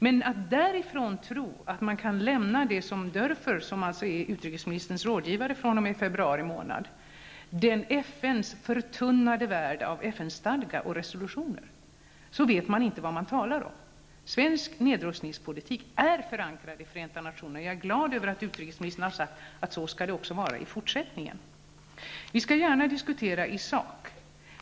Men säger man att man lämnar det som Ingemar Dörfer, som alltså är utrikesministerns rådgivare fr.o.m. februari månad, kallar för ''FN:s förtunnade värld av FN stadga och resolutioner'', vet man inte vad man talar om. Svensk nedrustningspolitik är förankrad i FN. Jag är glad över att utrikesministern har sagt att det skall vara så även i fortsättningen. Vi skall gärna diskutera i sak.